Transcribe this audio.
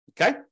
Okay